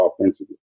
offensively